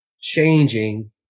changing